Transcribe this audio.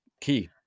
key